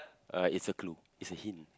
uh it's a clue it's a hint